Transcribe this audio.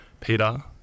Peter